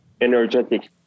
energetic